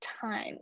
time